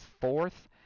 fourth